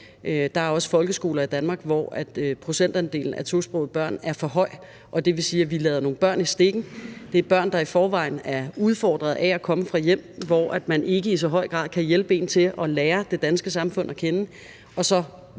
Der er også folkeskoler i Danmark, hvor procentandelen af tosprogede børn er for høj, og det vil sige, at vi lader nogle børn i stikken. Det er børn, der i forvejen er udfordret af at komme fra hjem, hvor man ikke i så høj grad kan hjælpe dem til at lære det danske samfund at kende,